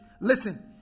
listen